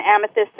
amethyst